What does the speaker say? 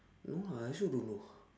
no lah I also don't know